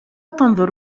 تنظر